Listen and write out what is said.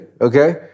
okay